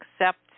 accept